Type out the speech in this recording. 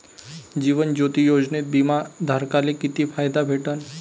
जीवन ज्योती योजनेत बिमा धारकाले किती फायदा भेटन?